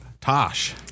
Tosh